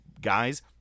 guys